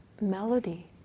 melody